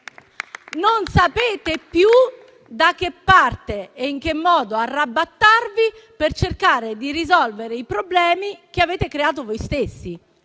Non sapete più da che parte e in che modo arrabattarvi per cercare di risolvere i problemi che avete creato voi stessi,